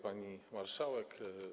Pani Marszałek!